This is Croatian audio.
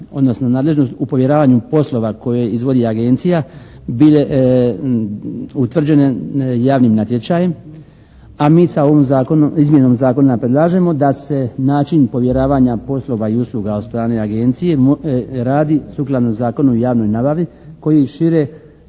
odnosno nadležnost u povjeravanju poslova koje izvodi agencija bile utvrđene javnim natječajem, a mi sa ovom izmjenom zakona da se način povjeravanja poslova i usluga od strane agencije radi sukladno zakonu o javnoj nabavi koji šire